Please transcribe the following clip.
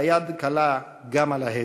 ליד קלה גם על ההדק.